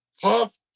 Puff